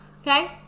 Okay